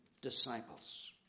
disciples